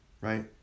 right